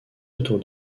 autour